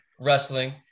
wrestling